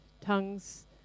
Tongues